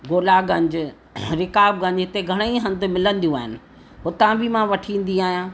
गोलागंज रकाब गंज हिते घणेई हंध मिलंदियूं आहिनि हुतां बि मां वठी ईंदी आहियां